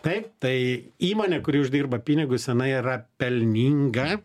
taip tai įmonė kuri uždirba pinigus jinai yra pelninga